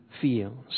feels